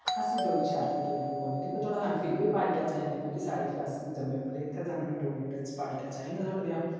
अस बी डोगरी शैल तरीके कन्नै बोलने पर थोह्ड़ा सानू फिर बी प्हाड़ी टच आई जंदा फ्ही क्योंकि साढ़ी फिर अस जम्मे पले इत्थें सानू फिर डोगरी टच प्हाड़ी टच आई जंदा थोह्ड़ा जेहा